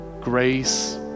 grace